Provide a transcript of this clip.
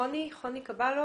חוני קבלו.